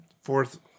fourth